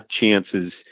chances